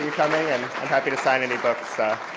coming. i'm happy to sign any books.